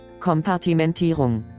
Kompartimentierung